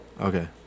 Okay